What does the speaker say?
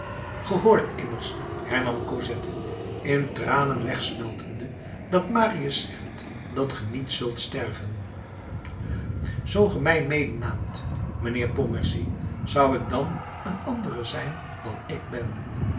immers hernam cosette in tranen wegsmeltende dat marius zegt dat ge niet zult sterven zoo ge mij medenaamt mijnheer pontmercy zou ik dan een andere zijn dan ik ben